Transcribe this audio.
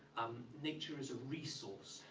nature is a resource.